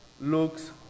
looks